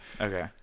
Okay